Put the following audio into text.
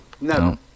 No